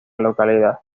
localidad